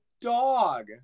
dog